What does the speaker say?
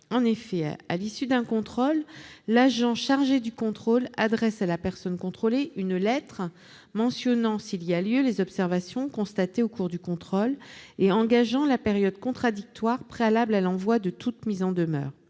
En effet, à l'issue d'un contrôle, l'agent chargé de ce dernier adresse à la personne contrôlée une lettre mentionnant, s'il y a lieu, les observations constatées au cours du contrôle et engageant la période contradictoire préalable à l'envoi de toute mise en demeure.